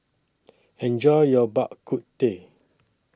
Enjoy your Bak Kut Teh